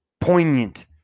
poignant